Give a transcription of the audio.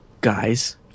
guys